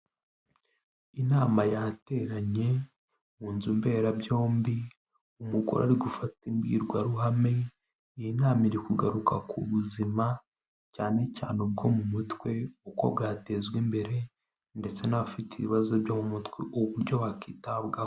Inama yateranye mu nzu mberabyombi, umugore ari gufata imbwirwaruhame, iyi nama iri kugaruka ku buzima cyane cyane bwo mu mutwe, uko bwatezwa imbere ndetse n'abafite ibibazo byo mu mutwe uburyo bakitabwaho.